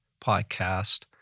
podcast